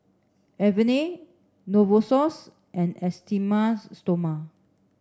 Avene Novosource and Esteem stoma